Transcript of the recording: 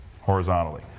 horizontally